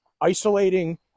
isolating